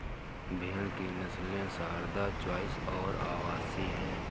भेड़ की नस्लें सारदा, चोइस और अवासी हैं